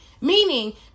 Meaning